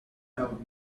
old